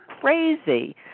crazy